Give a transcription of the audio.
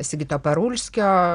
sigito parulskio